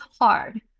hard